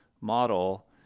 model